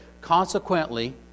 Consequently